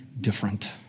different